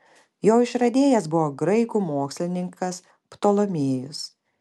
jo išradėjas buvo graikų mokslininkas ptolomėjus